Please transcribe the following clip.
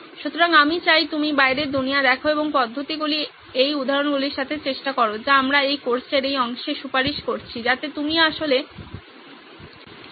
সুতরাং আমি চাই আপনি বাইরের দুনিয়া দেখুন এবং এই পদ্ধতিগুলি এই উদাহরণগুলির সাথে চেষ্টা করুন যা আমরা এই কোর্সের এই অংশে সুপারিশ করেছি যাতে আপনি আসলে আরও অনুশীলন করতে পারেন